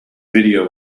video